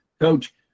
Coach